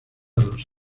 los